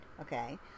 okay